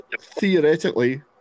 theoretically